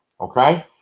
okay